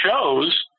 shows